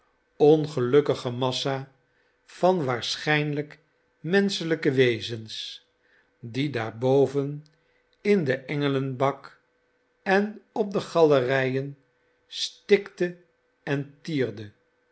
ongelukkige massa van waarschijnlijk menschelijke wezens die daarboven in den engelenbak en op de galerijen stikte en tierde